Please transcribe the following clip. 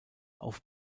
auf